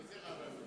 איזו רבנות?